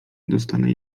dostanę